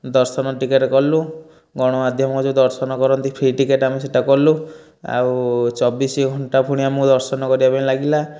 ଦର୍ଶନ ଟିକେଟ୍ କଲୁ ଗଣମାଧ୍ୟମ ଯେଉଁ ଦର୍ଶନ କରନ୍ତି ଫ୍ରି ଟିକେଟ୍ ଆମେ ସେଇଟା କଲୁ ଆଉ ଚବିଶି ଘଣ୍ଟା ପୁଣି ଆମକୁ ଦର୍ଶନ କରିବା ପାଇଁ ଲାଗିଲା